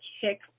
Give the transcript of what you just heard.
kick